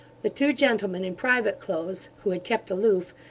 the two gentlemen in private clothes who had kept aloof,